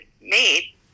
made